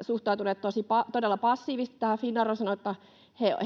suhtautuneet todella passiivisesti tähän. Finnair on sanonut, että